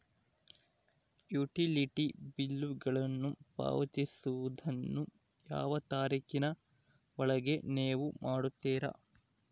Utility ಬಿಲ್ಲುಗಳನ್ನು ಪಾವತಿಸುವದನ್ನು ಯಾವ ತಾರೇಖಿನ ಒಳಗೆ ನೇವು ಮಾಡುತ್ತೇರಾ?